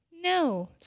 no